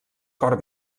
cor